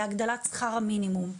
בהגדלת שכר המינימום,